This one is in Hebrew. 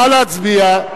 נא להצביע.